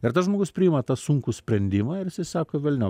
ir tas žmogus priima tą sunkų sprendimą ir jisai sako velniop